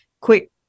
quick